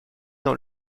dans